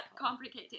complicated